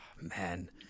man